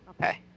Okay